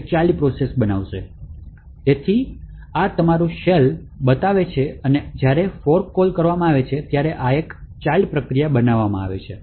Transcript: તેથી આ આગાહી કરનાર તમારું શેલ બતાવે છે અને જ્યારે ફોર્ક કોલ કરવામાં આવે છે ત્યારે એક ચાઇલ્ડ પ્રક્રિયા બનાવવામાં આવે છે